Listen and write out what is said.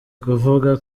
kuvuga